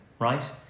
right